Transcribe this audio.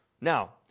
Now